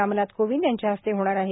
रामनाथ कोविंद यांच्या हस्ते होणार आहे